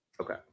Okay